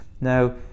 Now